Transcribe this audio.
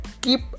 keep